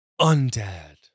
Undead